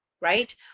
right